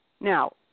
Now